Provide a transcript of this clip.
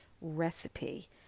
recipe